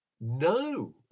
No